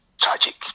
tragic